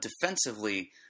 defensively